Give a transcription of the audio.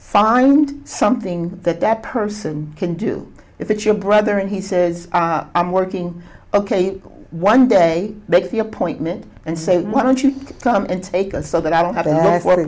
find something that that person can do if it's your brother and he says i'm working ok one day make the appointment and say why don't you come and take us so that i don't have to